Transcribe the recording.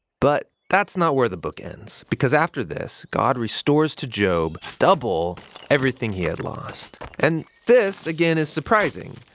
but that's not where the book ends because after this god restores to job double everything he had lost. and this again is surprising.